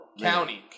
county